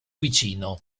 vicino